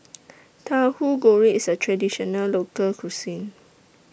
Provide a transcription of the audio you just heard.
Tauhu Goreng IS A Traditional Local Cuisine